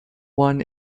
one